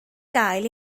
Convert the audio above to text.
gael